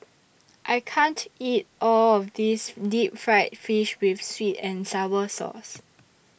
I can't eat All of This Deep Fried Fish with Sweet and Sour Sauce